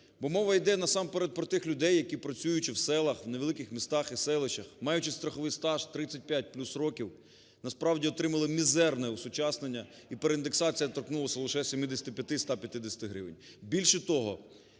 Бо мова йде насамперед про тих людей, які, працюючи в селах, в невеликих містах і селищах, маючи страховий стаж 35 плюс років, насправді отримали мізерне осучаснення, і переіндексація торкнулася лише 75-150 гривень. Більше того,